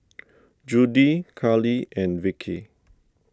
Judie Carli and Vickie